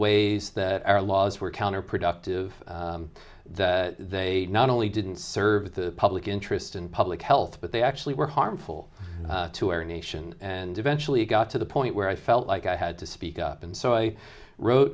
ways that our laws were counterproductive that they not only didn't serve the public interest and public health but they actually were harmful to our nation and eventually got to the point where i felt like i had to speak up and so i wrote